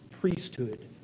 priesthood